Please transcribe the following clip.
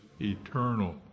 eternal